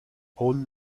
all